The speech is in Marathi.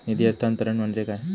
निधी हस्तांतरण म्हणजे काय?